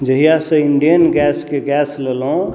जहियासँ इण्डेन गैसके गैस लेलहुँ